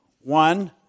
one